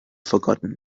forgotten